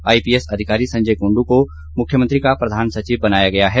IPS अधिकारी संजय कुंडू को मुख्यमंत्री का प्रधान सचिव बनाया गया है